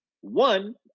One